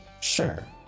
sure